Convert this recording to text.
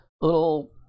little